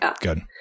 good